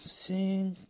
sing